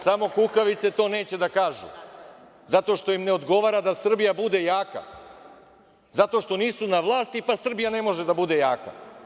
Samo kukavice to neće da kažu, zato što im ne odgovara da Srbija bude jaka, zato što nisu na vlasti, pa Srbija ne može da bude jaka.